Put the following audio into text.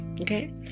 Okay